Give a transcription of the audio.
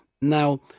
Now